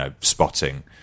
spotting